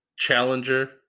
challenger